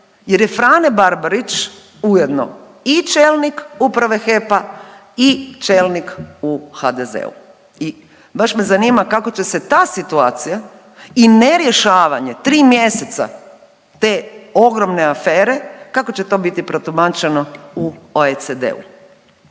jer je Frane Barbarić ujedno i čelnik Uprave HEP-a i čelnik u HDZ-u i baš me zanima kako će se ta situacija i nerješavanje 3 mjeseca te ogromne afere, kako će to biti protumačeno u OECD-u.